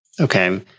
Okay